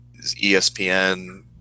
ESPN